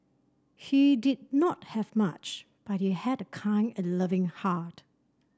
he did not have much but he had a kind and loving heart